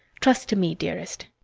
trust to me, dearest.